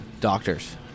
doctors